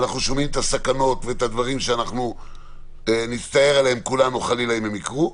אנחנו שומעים את הסכנות ועל הדברים שנצטער אם חלילה הם יקרו,